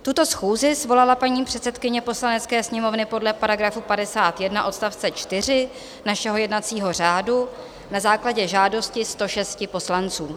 Tuto schůzi svolala paní předsedkyně Poslanecké sněmovny podle § 51 odst. 4 našeho jednacího řádu na základě žádosti 106 poslanců.